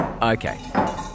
Okay